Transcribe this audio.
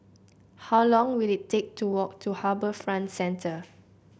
how long will it take to walk to Harbour Front Center